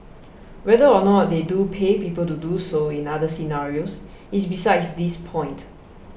whether or not they do pay people to do so in other scenarios is besides this point